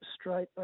straight